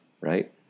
right